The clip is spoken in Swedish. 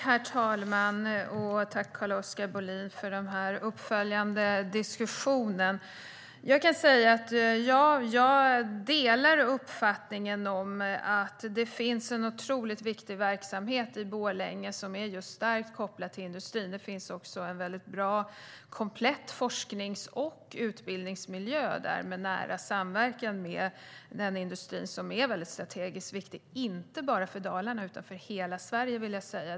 Herr talman! Tack, Carl-Oskar Bohlin, för den uppföljande diskussionen! Ja, jag delar uppfattningen att det finns en otroligt viktig verksamhet i Borlänge som är starkt kopplad till industrin. Det finns också en bra, komplett forsknings och utbildningsmiljö där i nära samverkan med den industri som är strategiskt viktig - inte bara för Dalarna utan för hela Sverige, vill jag säga.